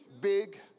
big